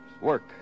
Work